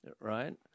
right